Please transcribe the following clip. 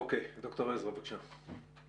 ד"ר עזרא, בבקשה.